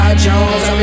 jones